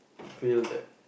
to feel that